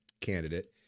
candidate